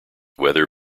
weather